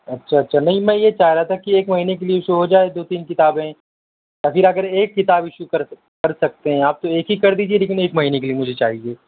اچھا اچھا نہیں میں یہ چاہ رہا تھا کہ ایک مہینے کے لیے ایشو ہو جائے دو تین کتابیں یا پھر اگر ایک کتاب ایشو کر کر سکتے ہیں آپ تو ایک ہی کر دیجیے لیکن ایک مہینے کے لیے مجھے چاہیے